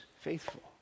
faithful